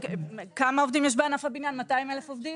כמה עובדים יש בענף הבניין, 200,000 עובדים?